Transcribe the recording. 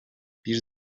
bir